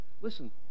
listen